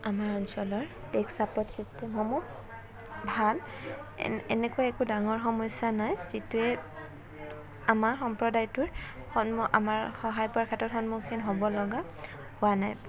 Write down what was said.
আমাৰ অঞ্চলৰ tech support ছিষ্টেমসমূহ ভাল এন এনেকুৱা একো ডাঙৰ সমস্যা নাই যিটোৱে আমাৰ সম্প্ৰদায়টোৰ সন্মু আমাৰ সহায় পোৱাৰ ক্ষেত্ৰত সন্মুখীন হ'ব লগা হোৱা নাই